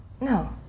No